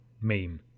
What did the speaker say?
meme